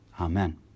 Amen